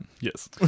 Yes